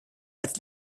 als